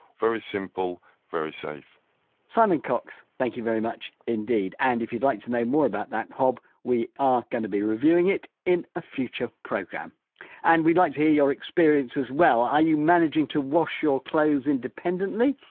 very simple, very safe simon cox thank you very much indeed. and if you'd like to know more about that hob we are going to be reviewing it in a future programme and we'd like to hear your experience as well are you managing to wash your clothes independently?